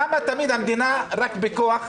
למה תמיד המדינה רק בכוח?